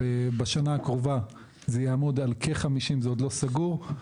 בשנה הקרובה זה יעמוד על כ-50, זה עוד לא סגור.